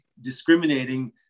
discriminating